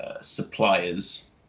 Suppliers